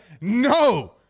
No